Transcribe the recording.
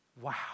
Wow